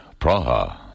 Praha